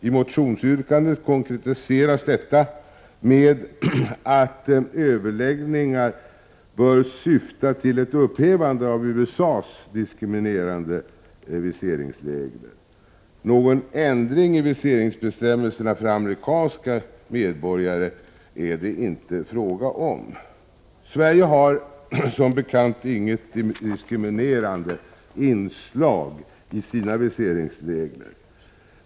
I motionsyrkandet konkretiseras saken med att överläggningar bör syfta till ett upphävande av USA:s diskriminerande viseringsregler. Någon ändring i viseringsbestämmelserna för amerikanska medborgare är det alltså inte fråga om. Sverige har som bekant inga diskriminerande inslag i sina viseringsregler.